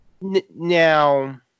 Now